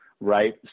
Right